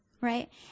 right